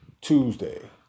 Tuesday